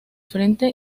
frente